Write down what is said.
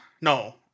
No